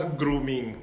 grooming